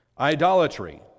Idolatry